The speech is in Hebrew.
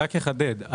רק אחדד.